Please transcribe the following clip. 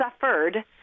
suffered